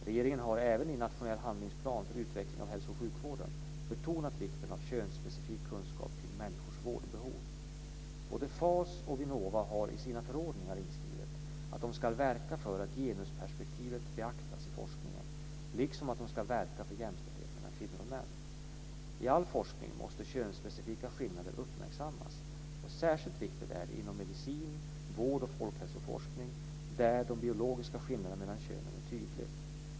Regeringen har även i Nationell handlingsplan för utveckling av hälso och sjukvården betonat vikten av könsspecifik kunskap kring människors vårdbehov. Både FAS och Vinnova har i sina förordningar inskrivet att de ska verka för att genusperspektivet beaktas i forskningen, liksom att de ska verka för jämställdhet mellan kvinnor och män. I all forskning måste könsspecifika skillnader uppmärksammas, och särskilt viktigt är det inom medicin, vård och folkhälsoforskning, där de biologiska skillnaderna mellan könen är tydliga.